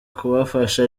kubafasha